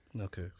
Okay